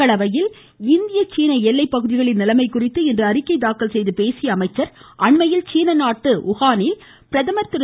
மக்களவையில் இந்திய சீன எல்லை பகுதிகளின் நிலைமை குறித்து அறிக்கை தாக்கல் செய்து பேசிய அவர் அண்மையில் சீன நாட்டின் உஹானில் பிரதமர் திரு